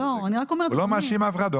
אבל הוא לא מאשים אף אחד,